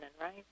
right